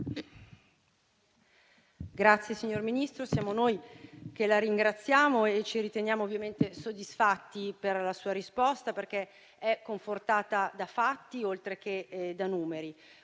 Signor Ministro, siamo noi a ringraziarla e ci riteniamo ovviamente soddisfatti per la sua risposta, perché è confortata da fatti, oltre che da numeri.